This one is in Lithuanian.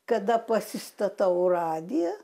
kada pasistatau radiją